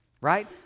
right